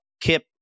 kip